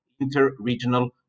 inter-regional